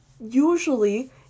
usually